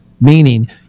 Meaning